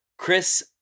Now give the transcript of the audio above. Chris